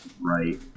right